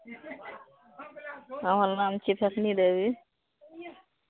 हमर नाम छी फेकनी देवी